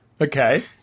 Okay